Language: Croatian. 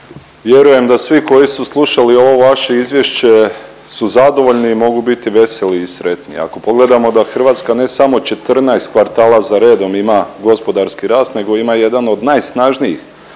vjerujem da svi koji su slušali ovo vaše izvješće su zadovoljni i mogu biti veseli i sretni. Ako pogledamo da Hrvatska ne samo 14 kvartala za redom ima gospodarski rast nego ima jedan od najsnažnijih